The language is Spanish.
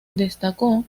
destacó